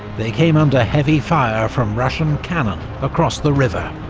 they came under heavy fire from russian cannon across the river.